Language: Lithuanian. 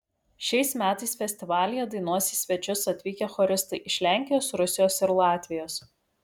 šiais metais festivalyje dainuos į svečius atvykę choristai iš lenkijos rusijos ir latvijos